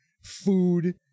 food